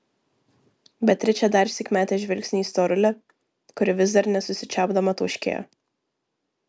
beatričė darsyk metė žvilgsnį į storulę kuri vis dar nesusičiaupdama tauškėjo